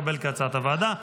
כהצעת הוועדה,